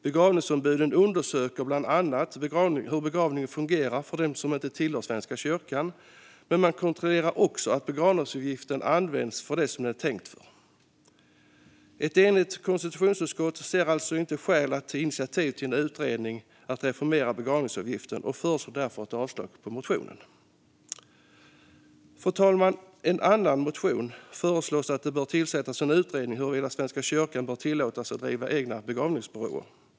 Begravningsombuden undersöker bland annat hur begravningar fungerar för dem som inte tillhör Svenska kyrkan, men man kontrollerar också att begravningsavgiften används till det som den är tänkt för. Ett enigt konstitutionsutskott ser inte skäl att ta initiativ till en utredning om att reformera begravningsavgiften och föreslår därför avslag på motionen. Fru talman! I en annan motion föreslås att det bör tillsättas en utredning om huruvida Svenska kyrkan ska tillåtas att driva egna begravningsbyråer.